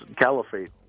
caliphate